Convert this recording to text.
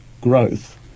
growth